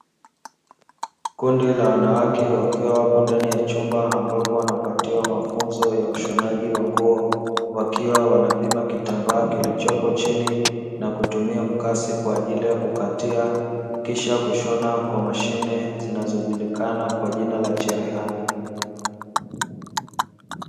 Kundi la wanawake wakiwa wapo ndani ya chumba ambapo wanapatiwa mafunzo ya ushonaji wa nguo, wakiwa wanapima kitambaa kilichopo chini na kutumia mkasi kwa ajili ya kukatia kisha kushona kwa mashine zinazojulikana kwa jina la cherehani.